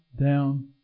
down